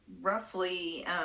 roughly